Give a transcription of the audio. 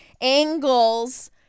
angles